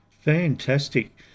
Fantastic